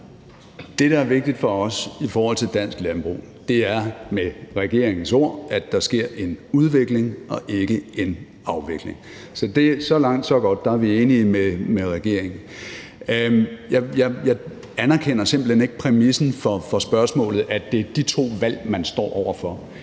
Det, der er vigtigt for os i forhold til dansk landbrug, er, at der med regeringens ord sker en udvikling og ikke en afvikling. Så langt så godt. Der er vi enige med regeringen. Jeg anerkender simpelt hen ikke præmissen for spørgsmålet, nemlig at det er de to valg, vi står over for.